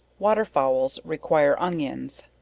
water fowls require onions.